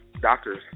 doctors